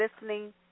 listening